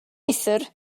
uthr